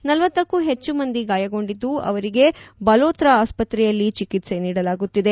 ಳಂಕ್ಕೂ ಹೆಚ್ಚು ಮಂದಿ ಗಾಯಗೊಂಡಿದ್ದು ಅವರಿಗೆ ಬಲೋತ್ರಾ ಆಸ್ವತ್ರೆಯಲ್ಲಿ ಚಿಕಿತ್ಪೆ ನೀಡಲಾಗುತ್ತಿದೆ